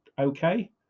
okay